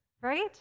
right